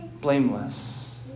blameless